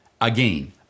Again